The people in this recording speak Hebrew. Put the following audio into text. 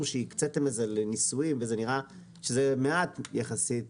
שהקצתם את זה לניסויים וזה נראה שזה מעט יחסית